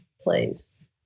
place